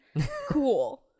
Cool